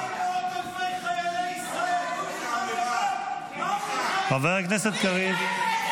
מה עם מאות אלפי חיילי ישראל --- חבר הכנסת קריב.